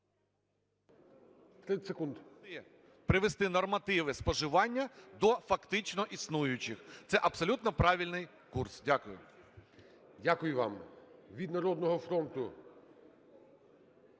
…привести нормативи споживання до фактично існуючих. Це абсолютно правильний курс, дякую. ГОЛОВУЮЧИЙ. Дякую вам. Від "Народного фронту"